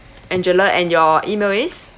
angela and your email is